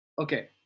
Okay